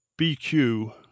BQ